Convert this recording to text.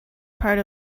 part